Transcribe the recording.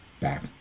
back